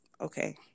okay